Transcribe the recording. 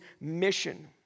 mission